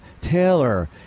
Taylor